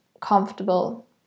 comfortable